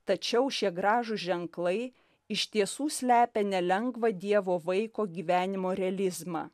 tačiau šie gražūs ženklai iš tiesų slepia nelengvą dievo vaiko gyvenimo realizmą